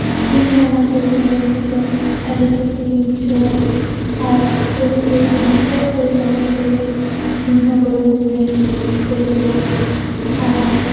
ᱟᱨ ᱤᱧ ᱦᱚᱸ ᱚᱱᱟ ᱥᱮᱨᱮᱧ ᱟᱡᱚᱢ ᱠᱟᱛᱮ ᱟᱹᱰᱤ ᱠᱩᱥᱤ ᱜᱤᱧ ᱵᱩᱡᱷᱟᱹᱣᱟ ᱟᱨ ᱥᱮᱨᱮᱧ ᱨᱮ ᱩᱱᱠᱩᱣᱟᱜ ᱥᱮᱨᱮᱧ ᱟᱡᱚᱢ ᱛᱮᱜᱮ ᱤᱧ ᱦᱚᱸ ᱜᱚᱨᱚᱡᱽ ᱤᱱᱟᱹᱧ ᱥᱮᱨᱮᱧ ᱨᱮ ᱟᱨ